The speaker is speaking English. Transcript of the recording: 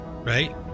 right